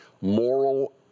moral